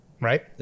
Right